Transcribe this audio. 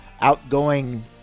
outgoing